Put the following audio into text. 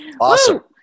Awesome